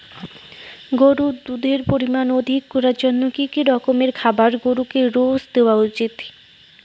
গরুর দুধের পরিমান অধিক করার জন্য কি কি রকমের খাবার গরুকে রোজ দেওয়া উচিৎ?